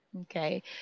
okay